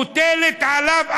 מוטלת עליו אחריות,